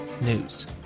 news